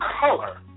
color